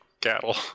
cattle